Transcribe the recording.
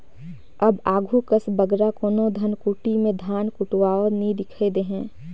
अब आघु कस बगरा कोनो धनकुट्टी में धान कुटवावत नी दिखई देहें